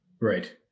Right